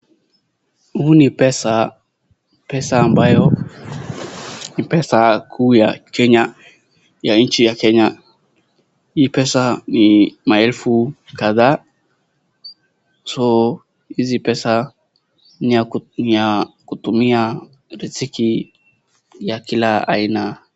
Huu ni pesa, pesa ambayo ni pesa kuu ya kenya ya nchi ya kenya, hii pesa ni maelfu kadhaa so hizi pesa ni ya kutumia riziki ya kila aina.